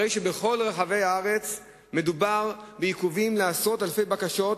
הרי בכל רחבי הארץ מדובר בעיכובים לעשרות אלפי בקשות,